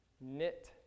knit